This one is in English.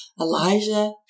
Elijah